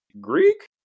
Greek